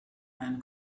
man